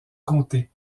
comté